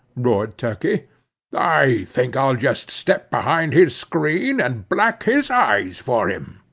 roared turkey i think i'll just step behind his screen, and black his eyes for him!